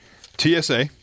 TSA